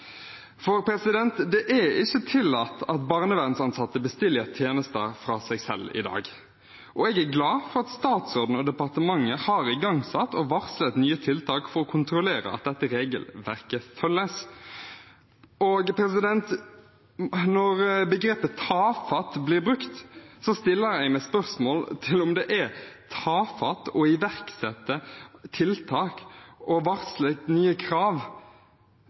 Det er ikke tillatt at barnevernsansatte bestiller tjenester fra seg selv i dag. Og jeg er glad for at statsråden og departementet har igangsatt og varslet nye tiltak for å kontrollere at dette regelverket følges. Og når begrepet «tafatt» blir brukt, stiller jeg meg spørsmål om det er tafatt å iverksette tiltak og varsle nye krav